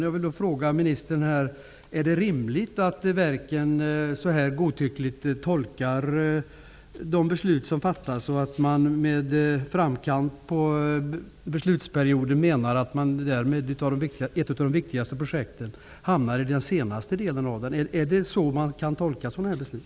Jag vill fråga ministern om det är rimligt att verken tolkar de beslut som fattas så godtyckligt att ett av de viktigaste projekten hamnar i den senare delen av beslutsperioden, trots att riksdagen uttryckt att det skall genomföras i framkant av perioden. Är det så man kan tolka sådana här beslut?